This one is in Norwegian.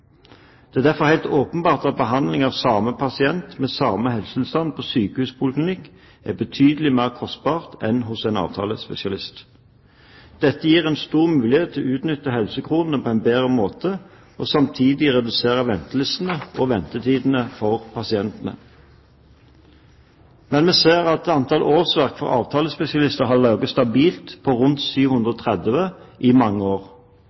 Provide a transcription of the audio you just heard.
Det er derfor helt åpenbart at behandling av samme pasient med samme helsetilstand på sykehuspoliklinikk er betydelig mer kostbar enn hos en avtalespesialist. Dette gir stor mulighet til å utnytte helsekronene på en bedre måte og samtidig redusere ventelistene og ventetidene for pasientene. Vi ser at antall årsverk for avtalespesialister har ligget stabilt på rundt 730 i mange år.